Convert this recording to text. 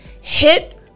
hit